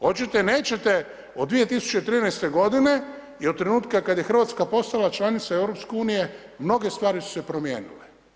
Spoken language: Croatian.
Hoćete, nećete od 2013. godine i od trenutka kad je Hrvatska postala članica EU mnoge stvari su se promijenile.